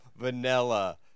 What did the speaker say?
Vanilla